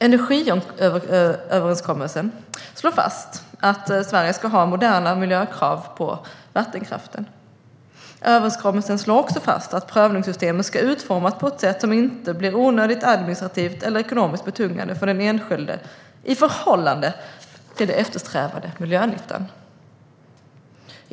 Energiöverenskommelsen slår fast att Sverige ska ha moderna miljökrav på vattenkraften. Överenskommelsen slår också fast att prövningssystemet ska utformas på ett sätt som inte blir onödigt administrativt och ekonomiskt betungande för den enskilde i förhållande till den eftersträvade miljönyttan.